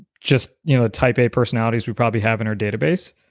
just you know type a personalities we probably have in our database.